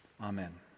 Amen